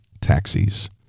taxis